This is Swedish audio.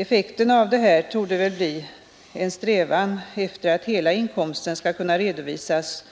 Effekten av detta torde bli en strävan efter att hela inkomsten skall kunna redovisas